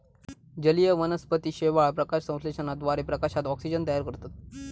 जलीय वनस्पती शेवाळ, प्रकाशसंश्लेषणाद्वारे प्रकाशात ऑक्सिजन तयार करतत